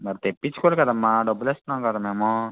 మరి తెప్పించుకోవాలి కదమ్మా డబ్బులిస్తున్నాము కదా మేము